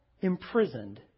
imprisoned